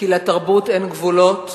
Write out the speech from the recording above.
כי לתרבות אין גבולות,